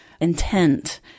intent